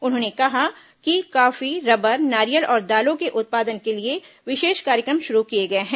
उन्होंने कहा कि कॉफी रबर नारियल और दालों के उत्पादन के लिए विशेष कार्यक्रम श्रू किए गए हैं